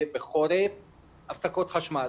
אבל רציתי באמת שנשמע אולי בהתחלה את נציג משרד החינוך,